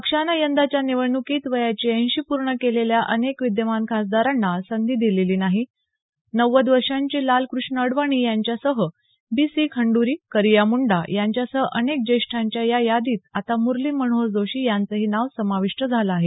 पक्षानं यंदाच्या निवडणुकीत वयाची ऐंशी वर्ष पूर्ण केलेल्या अनेक विद्यमान खासदारांना संधी दिलेली नाही नव्वद वर्षांचे लालकृष्ण अडवाणी यांच्यासह बी सी खंडरी करिया मुंडा यांच्यासह अनेक ज्येष्ठांच्या या यादीत आता मुरली मनोहर जोशी यांचं नावही समाविष्ट झालं आहे